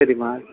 சரிம்மா